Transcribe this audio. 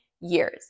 years